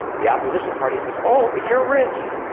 the opposition party says, oh, but you're rich!